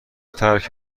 ترک